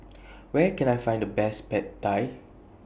Where Can I Find The Best Pad Thai